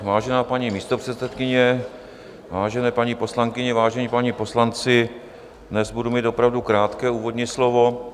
Vážená paní místopředsedkyně, vážené paní poslankyně, vážení páni poslanci, dnes budu mít opravdu krátké úvodní slovo.